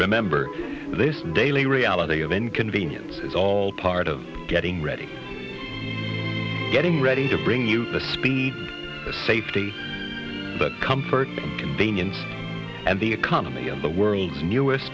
remember this daily reality of inconvenience is all part of getting ready getting ready to bring you the speed the safety but comfort convenience and the economy of the world's